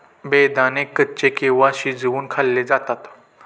बेदाणे कच्चे किंवा शिजवुन खाल्ले जातात